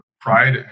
pride